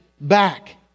back